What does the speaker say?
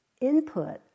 input